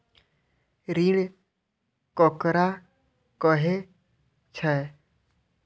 ऋण ककरा कहे छै?